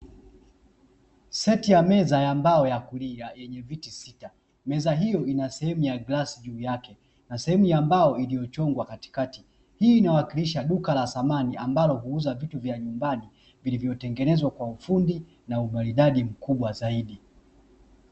Seti ya meza ya mbao ya kulia, yenye viti sita; meza hiyo ina sehemu ya glasi juu yake na sehemu ya mbao iliyochongwa katikati. Hii inawakilisha duka la samani ambalo huuza vitu vya nyumbani, vilivyotengenezwa kwa ufundi na umaridadi mkumbwa zaidi.